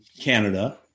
Canada